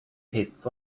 tastes